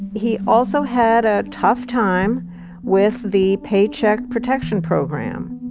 he also had a tough time with the paycheck protection program.